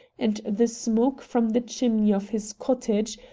and the smoke from the chimney of his cottage,